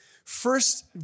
First